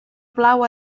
plau